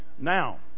now